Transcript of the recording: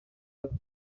bwabo